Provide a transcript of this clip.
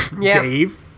Dave